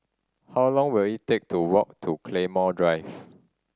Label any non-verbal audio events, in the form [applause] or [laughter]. how long will it take to walk to Claymore Drive [noise]